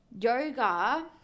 yoga